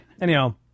anyhow